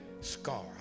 scar